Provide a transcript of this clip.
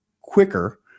quicker